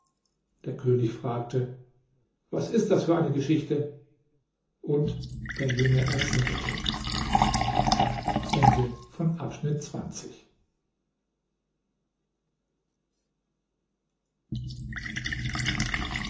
der könig fragte was ist das für eine geschichte und der junge erzählte